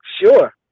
sure